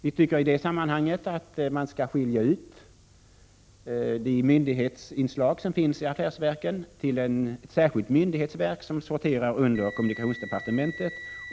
Myndighetsinslagen i affärsverken bör skiljas ut till ett särskilt myndighetsverk, där all myndighetsverksamhet är centraliserad och vilket sorterar under kommunikationsdepartementet.